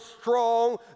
strong